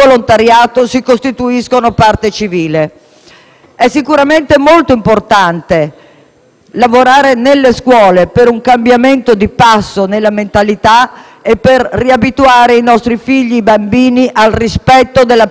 sicuramente molto importante lavorare nelle scuole per un cambio di passo nella mentalità e per riabituare i nostri figli, fin da bambini, al rispetto della persona. Ho avuto il piacere di incontrare